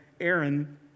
Aaron